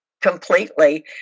completely